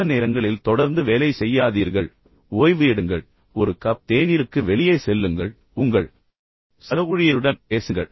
சில நேரங்களில் தொடர்ந்து வேலை செய்யாதீர்கள் ஓய்வு எடுங்கள் ஒரு கப் தேநீருக்கு வெளியே செல்லுங்கள் மற்றும் உங்கள் சக ஊழியருடன் உங்கள் நண்பருடன் பேசுங்கள்